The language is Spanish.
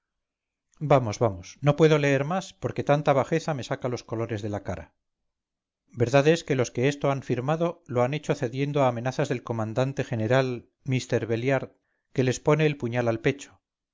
vamos vamos no puedo leer más porque tanta bajeza me saca los colores de la cara verdad es que los que esto han firmado lo han hecho cediendo a amenazas del comandante general mr belliard que les pone el puñal al pecho